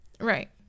Right